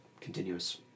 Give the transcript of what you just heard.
continuous